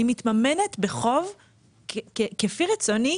אני מתממנת כפי רצוני.